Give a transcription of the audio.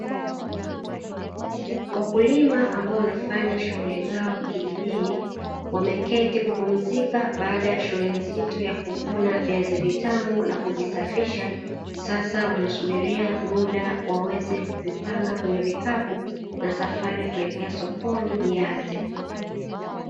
Wakulima ambao wanafanya shughuli zao kijijini wameketi kupumzika baada ya shughuli nzito ya kuvuna viazi vitamu, na kuvisafisha sasa wanasubiria muda waweze kuvipanga kwenye vikapu na safari ya kuelekea sokoni ianze.